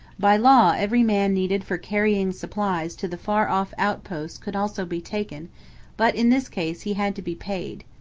by law every man needed for carrying supplies to the far-off outposts could also be taken but, in this case, he had to be paid.